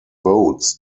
boats